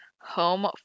home